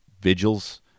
vigils